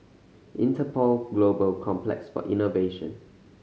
Interpol Global Complex for Innovation